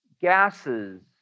gases